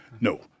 No